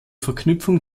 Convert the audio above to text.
verknüpfung